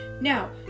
now